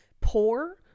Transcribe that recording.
poor